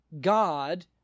God